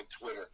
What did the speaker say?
Twitter